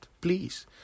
please